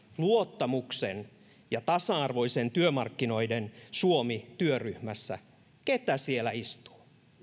luottamuksen ja tasa arvoisten työmarkkinoiden suomi työryhmässä siellä istuu